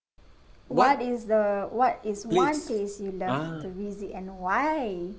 what is the what is one place you love to visit and why